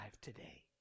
today